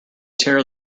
tear